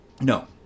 No